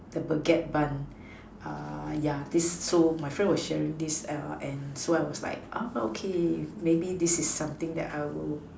the baguette bun uh ya this so my friend was sharing this err and so I was like ah okay maybe is something I will